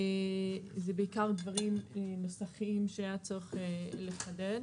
זה בעיקר דברים נוספים שהיה צורך לחדד,